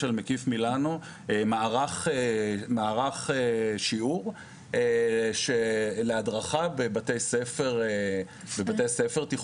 "מקיף מילנו" מערך שיעור להדרכה בבתי ספר תיכוניים.